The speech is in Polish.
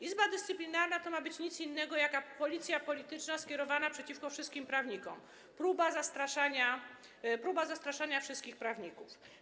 Izba Dyscyplinarna to ma być nic innego jak policja polityczna skierowana przeciwko wszystkim prawnikom, próba zastraszania wszystkich prawników.